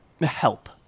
Help